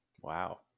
Wow